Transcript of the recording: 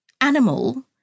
animal